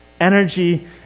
Energy